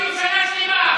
את הערבים שנה שלמה.